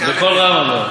אבל בקול רם.